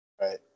Right